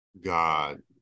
God